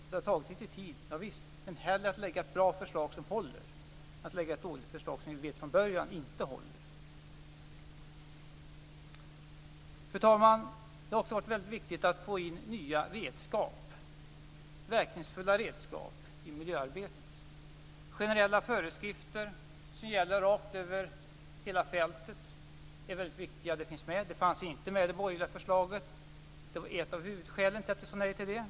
Det har tagit litet tid, javisst, men hellre lägga fram ett bra förslag som håller än att lägga fram ett dåligt förslag som vi från början vet att det inte håller. Fru talman! Det har också varit väldigt viktigt att få in nya och verkningsfulla redskap i miljöarbetet. Generella föreskrifter som gäller rakt över hela fältet är väldigt viktiga. Detta finns med. Det fanns inte i det borgerliga förslaget, vilket naturligtvis var ett av huvudskälen till att vi sade nej till det.